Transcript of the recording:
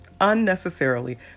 unnecessarily